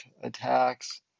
attacks